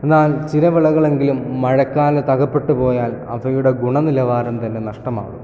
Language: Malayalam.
എന്നാൽ ചിലവിളകൾ എങ്കിലും മഴക്കാലത്ത് അകപ്പെട്ടു പോയാൽ അവയുടെ ഗുണനിലവാരം തന്നെ നഷ്ടമാക്കും